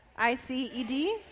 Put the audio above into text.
I-C-E-D